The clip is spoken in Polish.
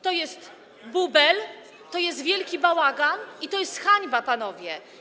To jest bubel, to jest wielki bałagan i to jest hańba, panowie.